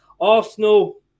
Arsenal